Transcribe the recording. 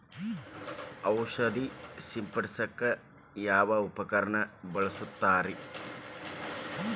ಔಷಧಿ ಸಿಂಪಡಿಸಕ ಯಾವ ಉಪಕರಣ ಬಳಸುತ್ತಾರಿ?